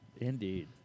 Indeed